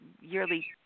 yearly